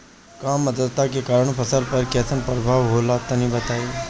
कम आद्रता के कारण फसल पर कैसन प्रभाव होला तनी बताई?